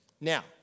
Now